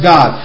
God